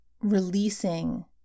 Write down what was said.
releasing